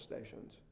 stations